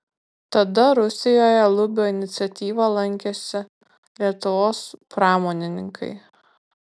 tada rusijoje lubio iniciatyva lankėsi lietuvos pramonininkai